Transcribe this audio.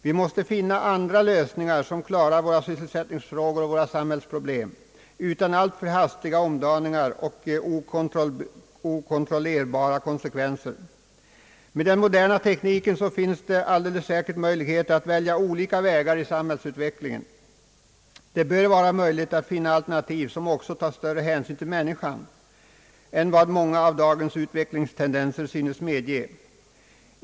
Vi måste finna andra lösningar till våra sysselsättningsfrågor och samhällsproblem utan alltför hastiga omdaningar och okontrollerbara konsekvenser. Med den moderna tekniken finns det alldeles säkert möjligheter att välja olika vägar i samhällsutvecklingen. Det bör vara möjligt att finna alternativ som också tar större hänsyn till människan än vad många av dagens utvecklingstendenser synes medge.